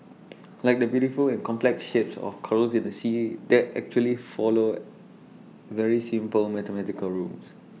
like the beautiful and complex shapes of corals in the sea that actually follow very simple mathematical rules